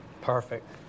Perfect